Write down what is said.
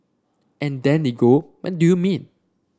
and then they go what do you mean